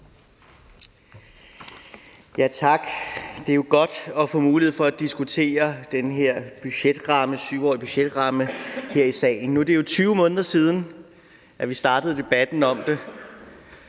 Tak. Det er jo godt at få mulighed for at diskutere den her 7-årige budgetramme her i salen. Nu er det jo 20 måneder siden, vi startede debatten om det,